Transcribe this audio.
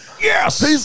Yes